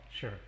Sure